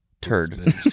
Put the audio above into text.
turd